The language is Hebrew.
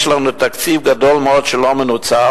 יש לנו תקציב מאוד גדול שלא מנוצל,